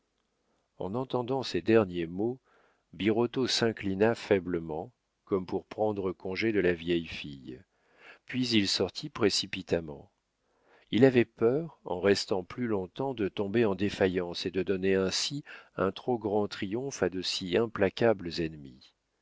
en entendant ces derniers mots birotteau s'inclina faiblement comme pour prendre congé de la vieille fille puis il sortit précipitamment il avait peur en restant plus long-temps de tomber en défaillance et de donner ainsi un trop grand triomphe à de si implacables ennemis